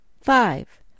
five